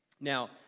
Now